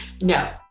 No